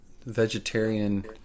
vegetarian